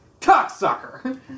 Cocksucker